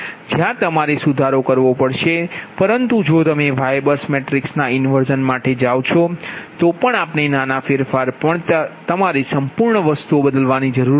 જ્યાં તમારે સુધારો કરવો પડશે પરંતુ જો તમે YBUS મેટ્રિક્સ ના ઇન્વર્ઝન માટે જાઓ છો તો પણ તમારે નાના ફેરફાર પણ તમારે સંપૂર્ણ વસ્તુ ઓ બદલવાની જરૂર છે